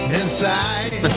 inside